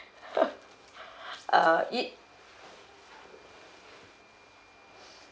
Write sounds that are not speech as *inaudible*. *laughs* uh it